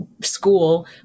school